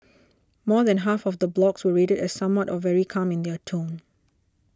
more than half of the blogs were rated as somewhat or very calm in their tone